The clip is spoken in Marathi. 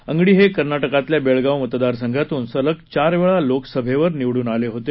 अंगडी हे कर्नाटकातल्या बेळगाव मतदारसंघातून सलग चार वेळा लोकसभेवर निवडून आले होते